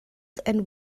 and